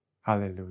Hallelujah